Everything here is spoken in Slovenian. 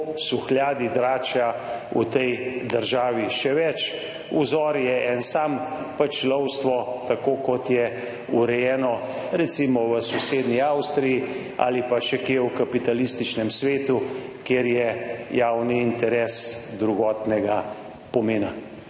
suhljadi, dračja v tej državi, še več. Vzor je en sam, pač lovstvo, tako kot je urejeno recimo v sosednji Avstriji ali pa še kje v kapitalističnem svetu, kjer je javni interes drugotnega pomena.